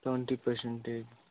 twenty percentage